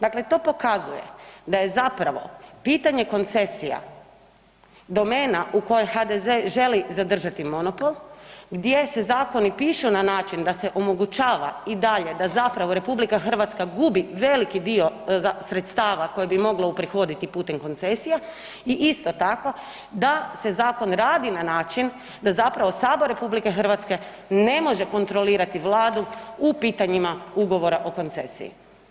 Dakle, to pokazuje da je zapravo pitanje koncesija domena u kojoj HDZ želi zadržati monopol, gdje se zakoni pišu na način da se omogućava i dalje da zapravo RH gubi veliki dio sredstava koji bi mogla uprihoditi putem koncesija i isto tako, da se zakon radi na način da zapravo Sabor RH ne može kontrolirati Vladu u pitanjima ugovora o koncesiji.